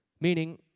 Meaning